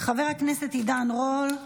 חבר הכנסת עידן רול,